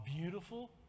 beautiful